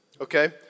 Okay